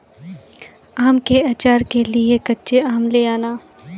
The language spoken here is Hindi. आम के आचार के लिए कच्चे आम ले आना